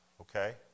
okay